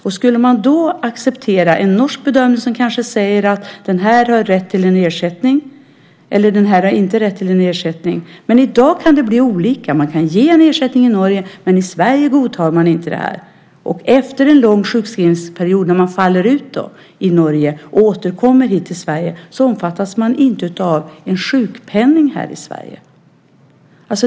Då skulle man också acceptera en norsk bedömning som säger att en viss person har rätt till ersättning eller att han inte har det. I dag kan det bli olika. Man kan ge ersättning i Norge medan det inte godtas i Sverige. När man efter en lång sjukskrivningsperiod i Norge faller ur systemet och återkommer till Sverige omfattas man inte av sjukpenning i Sverige.